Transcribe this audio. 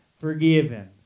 forgiven